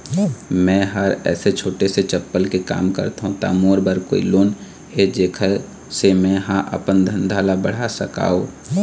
मैं हर ऐसे छोटे से चप्पल के काम करथों ता मोर बर कोई लोन हे जेकर से मैं हा अपन धंधा ला बढ़ा सकाओ?